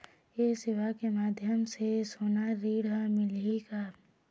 ये सेवा के माध्यम से सोना ऋण हर मिलही का?